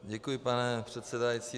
Děkuji, pane předsedající.